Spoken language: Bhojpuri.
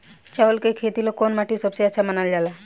चावल के खेती ला कौन माटी सबसे अच्छा मानल जला?